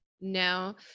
No